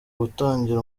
gutangira